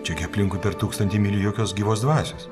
čia aplinkui per tūkstantį mylių jokios gyvos dvasios